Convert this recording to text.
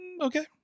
okay